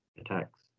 attacks